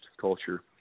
culture